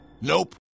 Nope